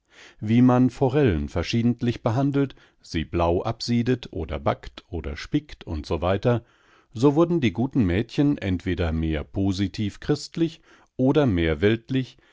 wie man forellen verschiedentlich behandelt sie blau absiedet oder bäckt oder spickt und so weiter so wurden die guten mädchen entweder mehr positiv christlich oder mehr weltlich